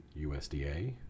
USDA